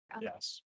Yes